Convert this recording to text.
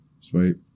Sweet